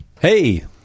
Hey